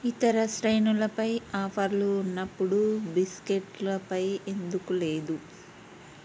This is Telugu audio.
ఇతర శ్రేణులపై ఆఫర్లు ఉన్నప్పుడు బిస్కెట్లపై ఎందుకు లేదు